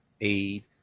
aid